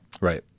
Right